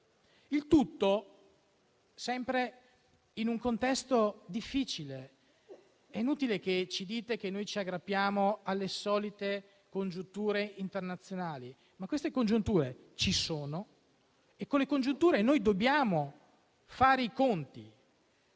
Il tutto sempre in un contesto difficile. È inutile che ci dite che noi ci aggrappiamo alle solite congiunture internazionali, perché queste congiunture ci sono e con esse dobbiamo fare i conti.